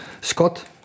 Scott